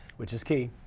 which is key.